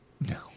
No